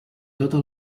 tota